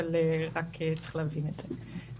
אבל רק צריך להבין את זה.